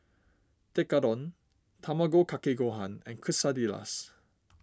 Tekkadon Tamago Kake Gohan and Quesadillas